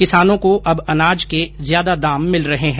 किसानों को अब अनाज के ज्यादा दाम मिल रहे हैं